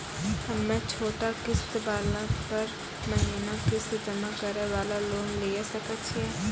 हम्मय छोटा किस्त वाला पर महीना किस्त जमा करे वाला लोन लिये सकय छियै?